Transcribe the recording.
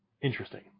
Interesting